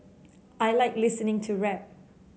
I like listening to rap